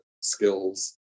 skills